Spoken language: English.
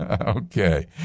Okay